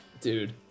dude